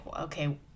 okay